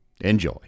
Enjoy